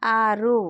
ಆರು